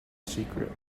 secret